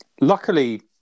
Luckily